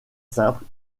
simple